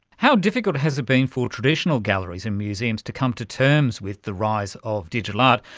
how difficult has it been for traditional galleries and museums to come to terms with the rise of digital art?